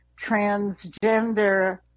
transgender